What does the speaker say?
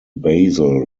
basil